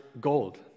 gold